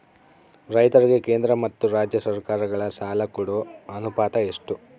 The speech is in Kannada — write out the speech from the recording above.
ರೈತರಿಗೆ ಕೇಂದ್ರ ಮತ್ತು ರಾಜ್ಯ ಸರಕಾರಗಳ ಸಾಲ ಕೊಡೋ ಅನುಪಾತ ಎಷ್ಟು?